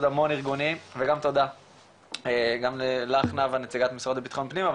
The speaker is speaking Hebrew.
המון ארגונים וגם תודה לך נאוה נציגת המשרד לביטחון פנים,